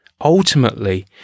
ultimately